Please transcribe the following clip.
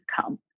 come